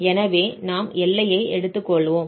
எனவே நாம் எல்லையை எடுத்துக்கொள்வோம்